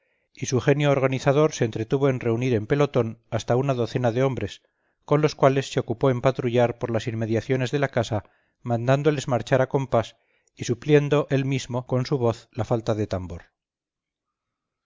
y su genio organizador se entretuvo en reunir en pelotón hasta una docena de hombres con los cuales se ocupó en patrullar por las inmediaciones de la casa mandándoles marchar a compás y supliendo él mismo con su voz la falta de tambor